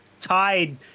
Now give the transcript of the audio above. Tied